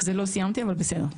לא סיימתי אבל בסדר.